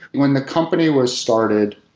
when the company was started,